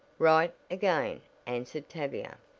right, again, answered tavia.